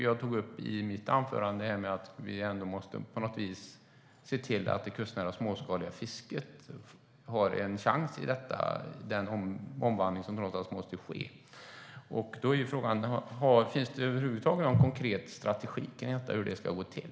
Jag tog i mitt anförande upp att vi på något sätt måste se till att det kustnära småskaliga fisket har en chans vid den omvandling som trots allt måste ske. Då är frågan om det över huvud taget finns någon konkret strategi för hur detta ska gå till.